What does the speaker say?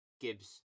gibbs